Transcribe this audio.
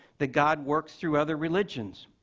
that god works through other religions.